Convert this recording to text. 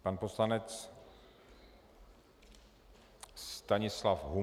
Pan poslanec Stanislav Huml.